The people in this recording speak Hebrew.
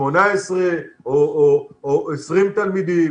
18 או 20 תלמידים,